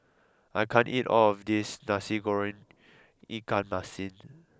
I can't eat all of this Nasi Goreng Ikan Masin